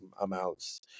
amounts